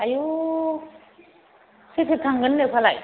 आयौ सोर सोर थांगोननो फालाय